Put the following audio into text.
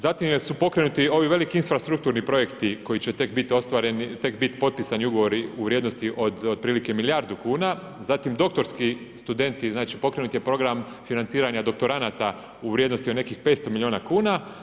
Zatim su pokrenuti ovi veliki infrastrukturni projekti koji će tek biti potpisani ugovori u vrijednosti od otprilike milijardu kuna, zatim doktorski studenti, znači pokrenut je program financiranja doktoranata u vrijednost od nekih 500 milijuna kuna.